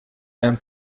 and